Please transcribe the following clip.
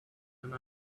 and